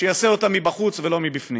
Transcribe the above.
שיעשה אותה מבחוץ ולא מבפנים.